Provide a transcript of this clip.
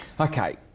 Okay